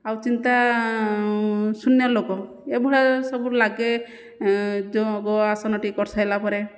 ଆଉ ଚିନ୍ତା ଶୂନ୍ୟ ଲୋକ ଏଇଭଳିଆ ସବୁ ଲାଗେ ଯେଉଁ ଆସନଟି କରିସାରିଲାପରେ